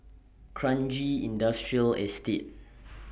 Kranji Industrial Estate